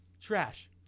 trash